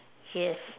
yes